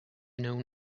known